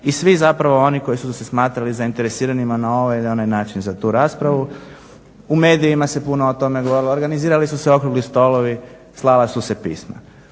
i svi zapravo oni koji su se smatrali zainteresiranima za ovaj ili na onaj način za tu raspravu u medijima se puno o tome govorilo, organizirali su se okrugli stolovi, slala su se pisma.